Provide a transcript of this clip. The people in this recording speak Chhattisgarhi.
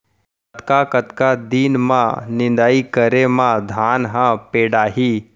कतका कतका दिन म निदाई करे म धान ह पेड़ाही?